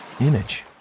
image